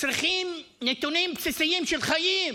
צריכים תנאים בסיסיים של חיים,